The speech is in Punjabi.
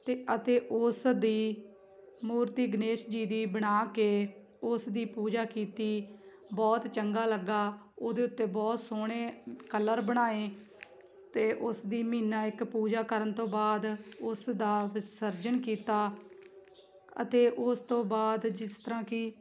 ਤੇ ਅਤੇ ਉਸ ਦੀ ਮੂਰਤੀ ਗਣੇਸ਼ ਜੀ ਦੀ ਬਣਾ ਕੇ ਉਸ ਦੀ ਪੂਜਾ ਕੀਤੀ ਬਹੁਤ ਚੰਗਾ ਲੱਗਿਆ ਉਹਦੇ ਉੱਤੇ ਬਹੁਤ ਸੋਹਣੇ ਕਲਰ ਬਣਾਏ ਅਤੇ ਉਸਦੀ ਮਹੀਨਾ ਇੱਕ ਪੂਜਾ ਕਰਨ ਤੋਂ ਬਾਅਦ ਉਸ ਦਾ ਵਿਸਰਜਨ ਕੀਤਾ ਅਤੇ ਉਸ ਤੋਂ ਬਾਅਦ ਜਿਸ ਤਰ੍ਹਾਂ ਕਿ